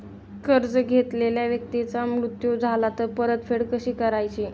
कर्ज घेतलेल्या व्यक्तीचा मृत्यू झाला तर परतफेड कशी करायची?